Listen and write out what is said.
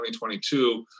2022